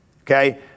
okay